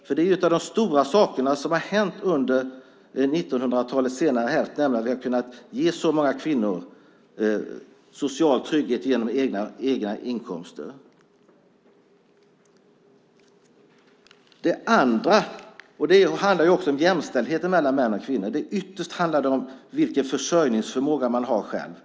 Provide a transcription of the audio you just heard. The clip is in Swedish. En av de stora sakerna som har hänt under 1900-talets senare hälft är att vi har kunnat ge så många kvinnor social trygghet genom egna inkomster. Det handlar om jämställdheten mellan män och kvinnor. Ytterst handlar det om vilken försörjningsförmåga man själv har.